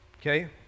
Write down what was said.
Okay